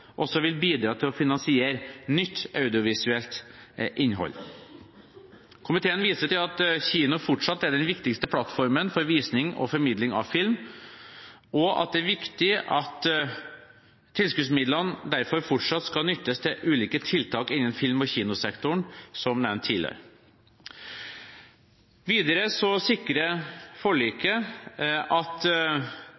også vil bidra til å finansiere nytt audiovisuelt innhold. Komiteen viser til at kino fortsatt er den viktigste plattformen for visning og formidling av film, og at det er viktig at tilskuddsmidlene derfor fortsatt skal nyttes til ulike tiltak innen film- og kinosektoren, som nevnt tidligere. Videre sikrer forliket at